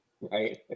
Right